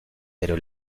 pero